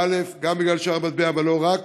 גם בגלל שער המטבע אבל לא רק,